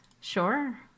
Sure